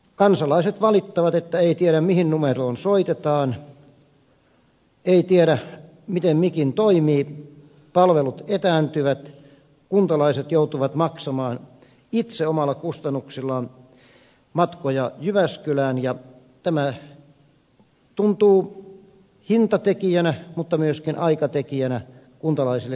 kansalaiset valittavat että ei tiedä mihin numeroon soitetaan ei tiedä miten mikin toimii palvelut etääntyvät kuntalaiset joutuvat maksamaan itse omalla kustannuksellaan matkoja jyväskylään ja tämä tuntuu hintatekijänä mutta myöskin aikatekijänä kuntalaisille kielteisellä tavalla